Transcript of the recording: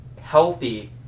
healthy